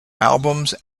albums